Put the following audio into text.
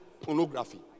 pornography